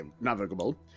navigable